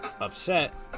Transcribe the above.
upset